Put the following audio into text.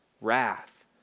wrath